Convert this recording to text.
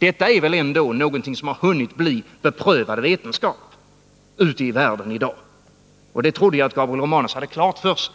Detta är väl ändå någonting som har hunnit bli beprövad vetenskap ute i världen i dag. Det trodde jag Gabriel Romanus hade klart för sig.